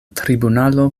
tribunalo